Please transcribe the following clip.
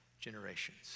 generations